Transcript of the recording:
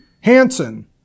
Hanson